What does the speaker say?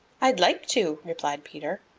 i'd like to, replied peter.